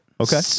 Okay